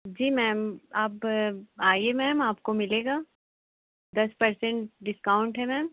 जी ma'am आप आइए ma'am आपको मिलेगा दस पर्सेंट डिस्काउंट है मैम